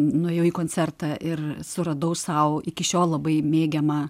nuėjau į koncertą ir suradau sau iki šiol labai mėgiamą